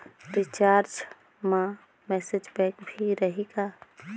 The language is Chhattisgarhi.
रिचार्ज मा मैसेज पैक भी रही का?